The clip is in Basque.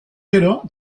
gero